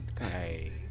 Hey